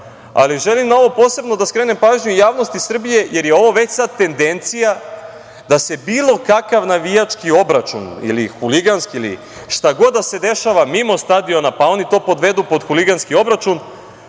Želim na ovo posebno da skrenem pažnju javnosti Srbije, jer je ovo već sad tendencija da se bilo kakav navijački obračun ili huliganski, šta god da se dešava mimo stadiona, pa oni to podvedu pod huliganski obračun,